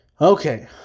Okay